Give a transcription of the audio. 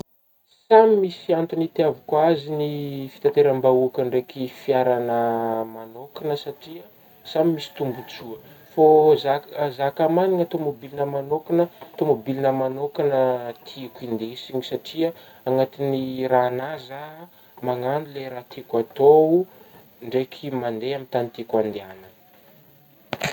Samy misy antogny hitiavako azy gny fitanteram-bahoaka ndraiky fiaragnah manôkagna satria samy misy tombotsoa ,fô za-ka za ka managna tômobilignah manôkagna, tômobilignah manôkagna tiako indesigny satria anatigny raha agnah zah magnano le raha tiako atao ndraiky mandeha amin'ny tagny tiako andehagnana